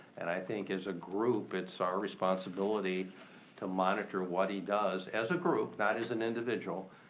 and i think as a group, it's our responsibility to monitor what he does, as a group, not as an individual.